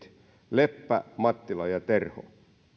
leppä mattila ja terho ministeriöt